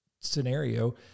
scenario